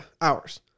hours